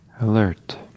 alert